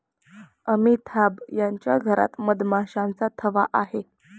अमिताभ यांच्या घरात मधमाशांचा थवा आहे